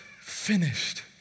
finished